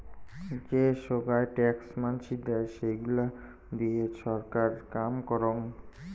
যে সোগায় ট্যাক্স মানসি দেয়, সেইগুলা দিয়ে ছরকার কাম করং